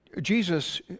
Jesus